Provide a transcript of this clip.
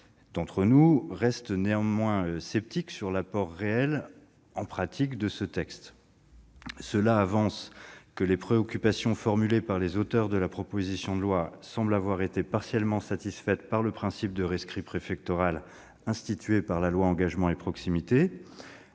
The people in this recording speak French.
d'entre nous reste néanmoins sceptique sur l'apport réel, en pratique, de ce texte, les préoccupations formulées par les auteurs de la proposition de loi semblant avoir été partiellement satisfaites par le principe de rescrit préfectoral, institué par la loi Engagement et proximité.